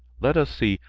let us see,